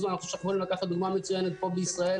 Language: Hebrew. אוניברסיטה, אפשר לקחת מהנגב,